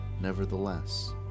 Nevertheless